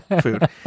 food